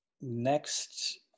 next